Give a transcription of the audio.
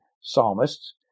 psalmists